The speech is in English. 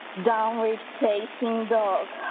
downward facing dog,